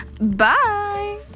bye